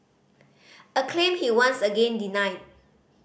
a claim he once again denied